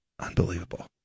unbelievable